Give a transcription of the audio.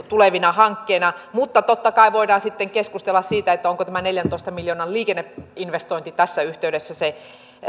tulevina hankkeina mutta totta kai voidaan sitten keskustella siitä onko tämä neljäntoista miljoonan liikenneinvestointi tässä yhteydessä se